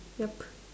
yup